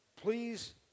Please